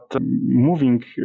moving